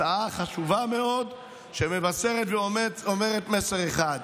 הצעה חשובה מאוד שמבשרת ומעבירה מסר אחד: